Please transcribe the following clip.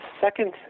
second